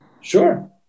sure